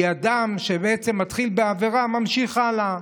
כי אדם שבעצם מתחיל בעבירה, ממשיך הלאה.